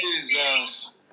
Jesus